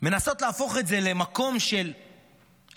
מנסות להפוך את זה למקום של דווקא,